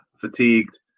fatigued